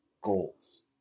goals